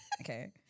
okay